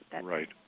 Right